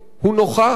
הוא נוכח,